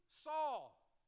Saul